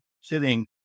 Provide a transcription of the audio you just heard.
sitting